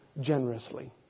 generously